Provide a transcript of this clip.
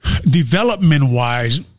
Development-wise